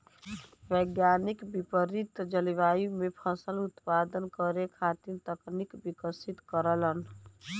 वैज्ञानिक विपरित जलवायु में फसल उत्पादन करे खातिर तकनीक विकसित करेलन